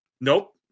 Nope